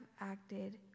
acted